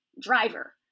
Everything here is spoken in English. driver